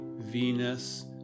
Venus